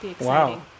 Wow